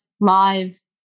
lives